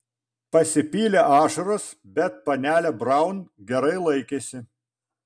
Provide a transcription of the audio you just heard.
pasipylė ašaros bet panelė braun gerai laikėsi